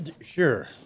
Sure